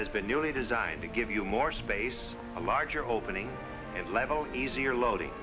has been newly designed to give you more space a larger opening and level easier loading